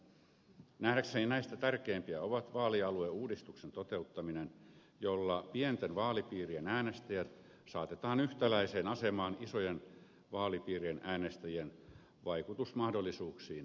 nähdäkseni näistä tärkeimpiä ovat vaalialueuudistuksen toteuttaminen jolla pienten vaalipiirien äänestäjät saatetaan yhtäläiseen asemaan isojen vaalipiirien äänestäjien vaikutusmahdollisuuksiin nähden